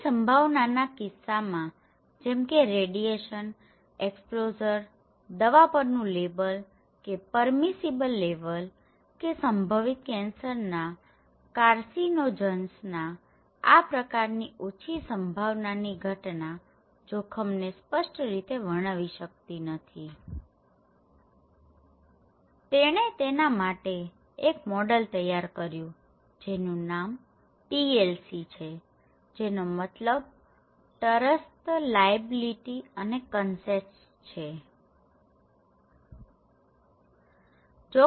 ઓછી સંભાવનાના કિસ્સામાંજેમકે રેડિએશન એક્સપોઝર દવા પરનું લેબલ કે પરમિસિબલ લેવલ કે સંભવિત કેન્સરના કારસીનોજન્સ આ પ્રકારની ઓછી સંભાવનાની ઘટના જોખમને સ્પષ્ટ રીતે વર્ણવી શકતી નથી તેણે તેના માટે એક મોડલ તૈયાર કર્યું જેનું નામ TLC છેજેનો મતલબ ટરસ્ત લાએબીલીટી અને consent Trust liability and consent છે